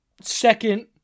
second